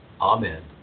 Amen